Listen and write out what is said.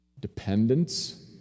dependence